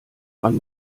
man